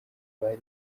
bari